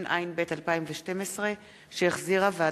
שירות ללקוח שהוא אזרח ותיק,